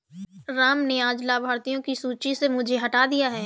राम ने आज लाभार्थियों की सूची से मुझे हटा दिया है